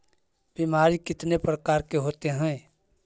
बीमारी कितने प्रकार के होते हैं?